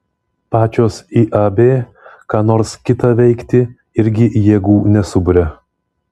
pačios iab ką nors kitą veikti irgi jėgų nesuburia